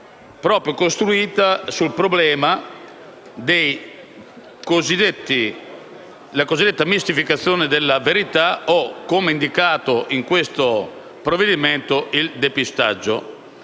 proprio sul problema della cosiddetta mistificazione della verità o, come indicato in questo provvedimento, il depistaggio.